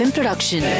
Production